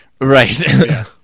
right